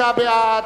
29 בעד,